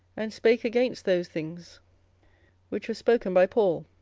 and spake against those things which were spoken by paul,